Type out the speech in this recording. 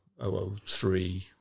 003